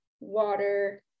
water